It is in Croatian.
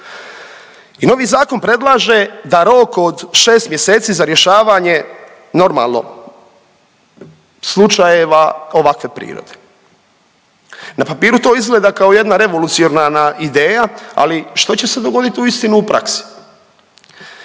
I novi zakon predlaže da rok od 6 mjeseci za rješavanje normalno slučajeva ovakve prirode. Na papiru to izgleda kao jedna revolucionarna ideja, ali što će se dogoditi uistinu u praksi.